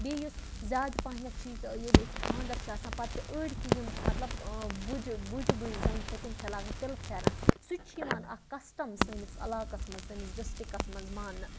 بیٚیہِ یُس زیادٕ پَہنیٚتھ چھُ ییٚلہِ أسۍ خانٛدَر چھُ آسان پَتہٕ چھِ أڈۍ کہِ یِم مطلب بُجہِ بُجہِ زَنہِ چھِ تِم چھِ لاگان تِلہِ پھیٚرَن سُہ تہِ چھُ یِوان کَسٹم سٲنِس عَلاقَس مَنٛز سٲنِس ڈِسٹرکَس مَنٛز ماننہٕ